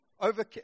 over